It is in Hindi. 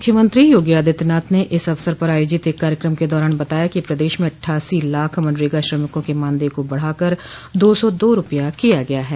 मुख्यमंत्री योगी आदित्यनाथ ने इस अवसर पर आयोजित एक कार्यक्रम के दौरान बताया कि प्रदेश में अट्ठासी लाख मनरेगा श्रमिकों के मानदेय को बढ़ाकर दो सौ दो रूपया किया गया है